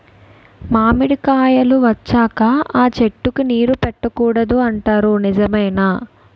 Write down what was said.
మామిడికాయలు వచ్చాక అ చెట్టుకి నీరు పెట్టకూడదు అంటారు నిజమేనా?